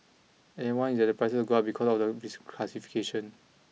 everyone is that the prices will go up because of the reclassification